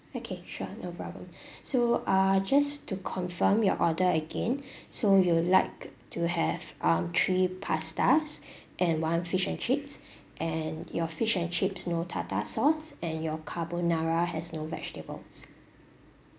okay sure no problem so uh just to confirm your order again so you would like to have um three pastas and one fish and chips and your fish and chips no tartar sauce and your carbonara has no vegetables